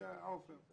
עופר,